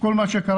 כל מה שקרה.